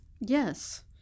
Yes